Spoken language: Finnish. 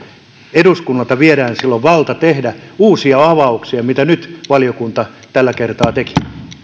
eduskunnalta viedään silloin valta tehdä uusia avauksia joita nyt valiokunta tällä kertaa teki